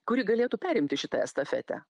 kuri galėtų perimti šitą estafetę